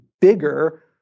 bigger